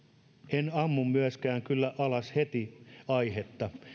en kyllä myöskään ammu alas heti aiheetta